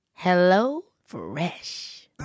HelloFresh